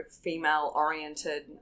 female-oriented